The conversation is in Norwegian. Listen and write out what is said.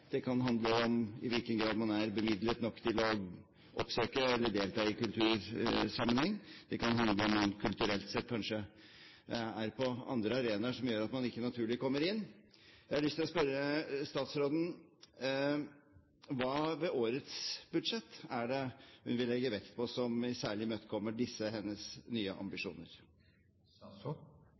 Det kan handle om i hvilken grad man er bemidlet nok til å oppsøke eller delta i kultursammenheng. Det kan handle om at man kulturelt sett kanskje er på andre arenaer som gjør at man ikke naturlig kommer inn. Jeg har lyst til å spørre statsråden: Hva ved årets budsjett er det hun vil legge vekt på som særlig imøtekommer hennes nye ambisjoner?